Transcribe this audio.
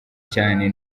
cyane